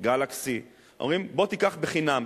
"גלקסי" אומרים: בוא תיקח בחינם,